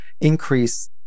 increase